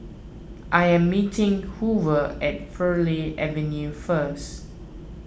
I am meeting Hoover at Farleigh Avenue first